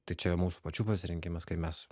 tai čia jau mūsų pačių pasirinkimas kaip mes